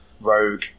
rogue